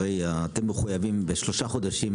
הרי אתם מחויבים בשלושה חודשים,